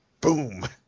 Boom